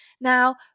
Now